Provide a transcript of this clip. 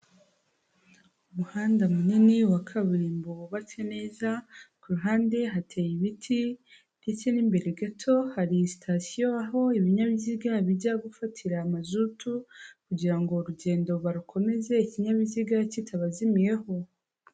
Umuhanda munini wa kaburimbo wubatse neza, ku ruhande hateye ibiti ndetse n'imbere gato hari sitasiyo, aho ibinyabiziga bijya gufatira mazutu kugira ngo urugendo barukomeze ikinyabiziga kitabazimiyeho.